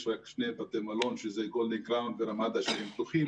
יש רק שני בתי מלון גולדן קראון ורמדה שהם פתוחים,